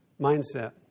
mindset